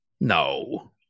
No